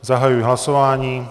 Zahajuji hlasování.